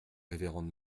révérende